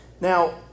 Now